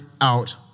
out